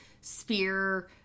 spear